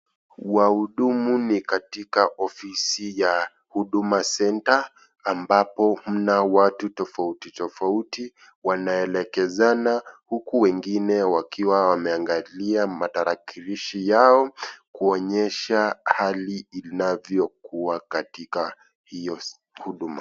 Wahudumu ni katika ofisi ya Huduma Center, ambapo mna watu tofauti tofauti wanaelekezana huku wengine wakiwa wameangalia matarakilishi yao, kuonyesha hali inavyokuwa katika hiyo huduma.